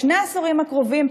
בשני העשורים הקרובים,